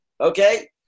Okay